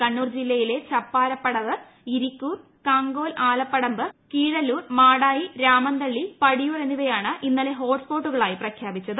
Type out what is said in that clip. കണ്ണൂർ ജില്ലയിലെ ചപ്പാരപ്പടവ് ഇരിക്കൂർ കാങ്കോൽ ആലപ്പടമ്പ് കീഴല്ലൂർ മാടായി രാമന്തളി പടിയൂർ എന്നിവയാണ് ഇന്നലെ ഹോട്ട് സ് പോട്ടുകളായി പ്രഖ്യാപിച്ചത്